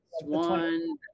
one